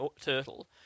turtle